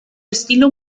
estilo